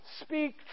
speak